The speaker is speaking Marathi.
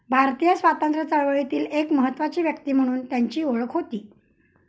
भारतीय स्वातंत्र्य चळवळीतील एक महत्त्वाची व्यक्ती म्हणून त्यांची ओळख होती